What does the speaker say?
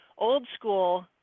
old-school